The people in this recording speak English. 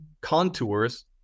contours